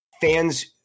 fans